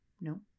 No